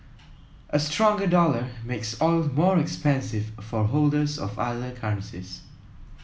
a stronger dollar makes oil more expensive for holders of other currencies